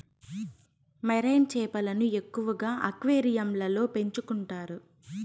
marine చేపలను ఎక్కువగా అక్వేరియంలలో పెంచుకుంటారు